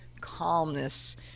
calmness